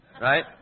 right